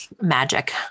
magic